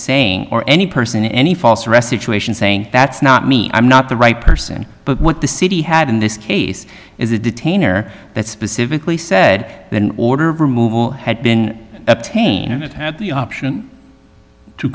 saying or any person any false arrest situation saying that's not me i'm not the right person but what the city had in this case is a detainer that specifically said then order of removal had been obtained and it had the option to